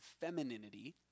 femininity